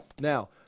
Now